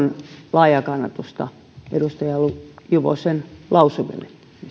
laajaa kannatusta edustaja juvosen lausumille